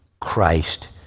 Christ